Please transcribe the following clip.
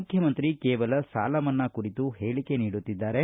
ಮುಖ್ಯಮಂತ್ರಿ ಅವರು ಕೇವಲ ಸಾಲ ಮನ್ನಾ ಕುರಿತು ಹೇಳಿಕೆ ನೀಡುತ್ತಿದ್ದಾರೆ